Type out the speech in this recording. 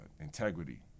integrity